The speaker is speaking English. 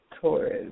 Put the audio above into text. Taurus